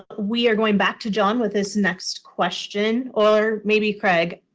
we are going back to john with this next question or maybe craig.